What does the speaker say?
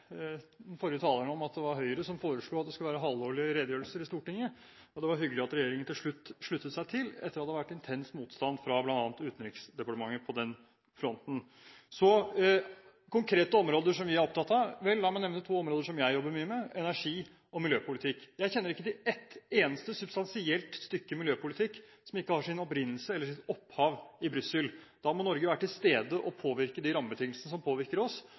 den forrige taleren om at det var Høyre som foreslo at det skulle være halvårlige redegjørelser i Stortinget, og det var hyggelig at regjeringen til slutt sluttet seg til det, etter at det hadde vært intens motstand fra bl.a. Utenriksdepartementet på den fronten. Konkrete områder som vi er opptatt av: Vel, la meg nevne to områder som jeg jobber mye med – energi- og miljøpolitikk. Jeg kjenner ikke til ett eneste substansielt stykke miljøpolitikk som ikke har sin opprinnelse eller sitt opphav i Brussel. Da må Norge være til stede og påvirke de rammebetingelsene som påvirker oss,